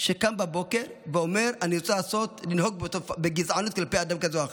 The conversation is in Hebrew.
שקם בבוקר ואומר: אני רוצה לנהוג בגזענות כלפי אדם כזה או אחר.